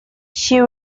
she